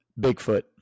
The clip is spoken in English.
Bigfoot